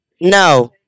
No